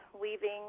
weaving